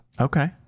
okay